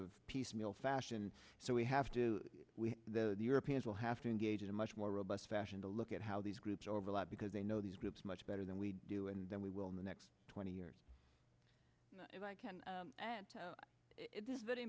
of piecemeal fashion so we have to we the europeans will have to engage in a much more robust fashion to look at how these groups overlap because they know these groups much better than we do and then we will next twenty years if i can answer it is very